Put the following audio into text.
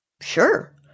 Sure